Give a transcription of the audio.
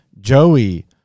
Joey